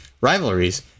rivalries